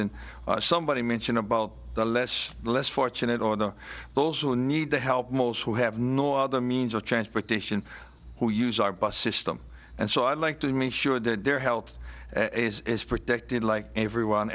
n somebody mention about the less the less fortunate or the those who need the help most who have no other means of transportation who use our bus system and so i'd like to make sure that their health is protected like everyone